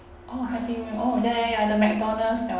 orh have you orh ya ya ya the mcdonald's that one